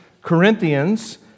Corinthians